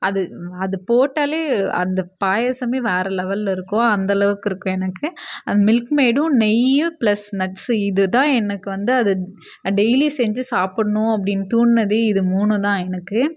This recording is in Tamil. அது அது போட்டால் அந்த பாயசமே வேறுலெவலில் இருக்கும் அந்தளவுக்கு இருக்கும் எனக்கு அந்த மில்க்மெய்டும் நெய்யும் ப்ளஸ் நட்ஸு இதுதான் எனக்கு வந்து அது டெய்லி செஞ்சு சாப்பிட்ணும் அப்படின் தூண்டினது இது மூணும்தான் எனக்கு